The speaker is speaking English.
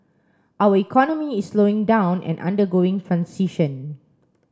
our economy is slowing down and undergoing transition